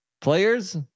players